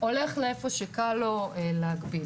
הולך לאיפה שקל לו להגביל.